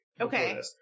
Okay